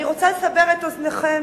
אני רוצה לסבר את אוזנכם,